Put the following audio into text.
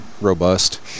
robust